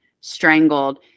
strangled